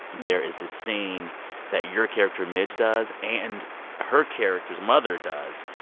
there is this scene that your character midge does and her character's mother does.